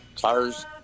cars